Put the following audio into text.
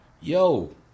Yo